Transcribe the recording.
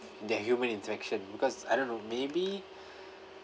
their human interaction because I don't know maybe